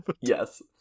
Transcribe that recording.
Yes